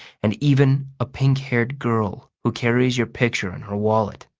and even a pink-haired girl who carries your picture in her wallet.